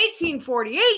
1848